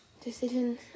decision